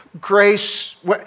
grace